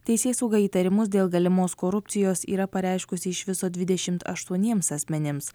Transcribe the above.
teisėsauga įtarimus dėl galimos korupcijos yra pareiškusi iš viso dvidešimt aštuoniems asmenims